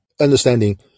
understanding